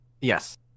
Yes